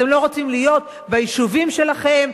אתם לא רוצים להיות ביישובים שלכם,